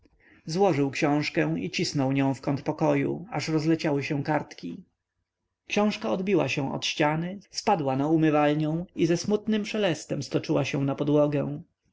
złożył książkę i cisnął nią w kąt pokoju aż rozleciały się kartki książka odbiła się od ściany spadła na umywalnią i ze smutnym szelestem stoczyła się na podłogę